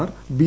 Mar B